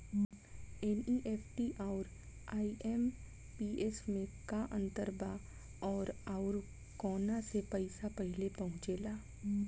NEFT आउर IMPS मे का अंतर बा और आउर कौना से पैसा पहिले पहुंचेला?